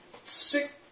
sick